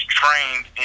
trained